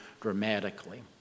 dramatically